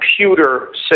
computer